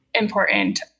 important